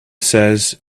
says